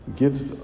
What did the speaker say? gives